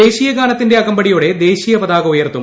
ദേശീയഗാനത്തിന്റെ അകമ്പടിയോടെ ദേശീയപതാക ഉയർത്തും